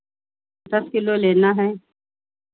दस किलो लेना है